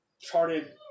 charted